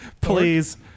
please